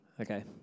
okay